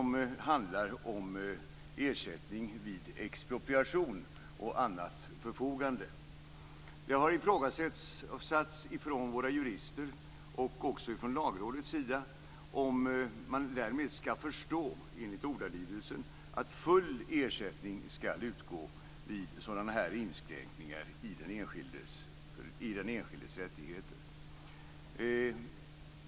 Den handlar om ersättning vid expropriation och annat förfogande. Det har ifrågasatts från våra jurister och också ifrån Lagrådets sida om det därmed skall förstås att full ersättning skall utgå vid sådana här inskränkningar i den enskildes rättigheter.